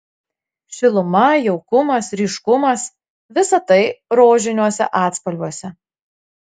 šiluma jaukumas ryškumas visa tai rožiniuose atspalviuose